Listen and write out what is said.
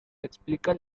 explica